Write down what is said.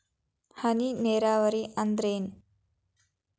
ಹನಿ ನೇರಾವರಿ ಅಂದ್ರೇನ್ರೇ?